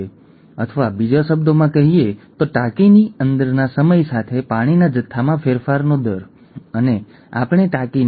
સામાન્ય રીતે લોકોમાં બે રંગસૂત્રો હોય છે ખરું ને